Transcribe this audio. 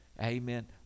Amen